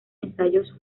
ensayos